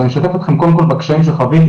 אז אני אשתף אתכם קודם כל בקשיים שחוויתי